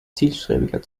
zielstrebiger